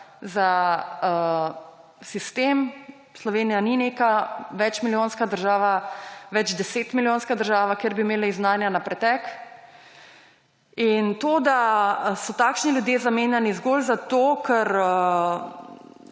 za sistem. Slovenija ni neka večdesetmilijonska država, kjer bi imeli znanja na pretek. In to, da so takšni ljudje zamenjani zgolj zato, ker